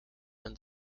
been